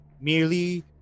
merely